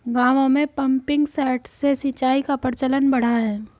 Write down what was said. गाँवों में pumping set से सिंचाई का प्रचलन बढ़ा है